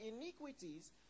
iniquities